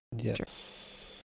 Yes